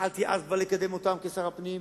התחלתי כבר אז לקדם אותן כשר הפנים.